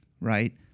right